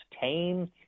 tame